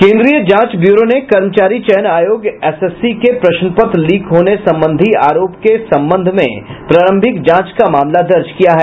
केन्द्रीय जांच ब्यूरो ने कर्मचारी चयन आयोग एसएससी के प्रश्नपत्र लीक होने संबंधी आरोप के संबंध में प्रारंभिक जांच का मामला दर्ज किया है